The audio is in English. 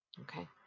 okay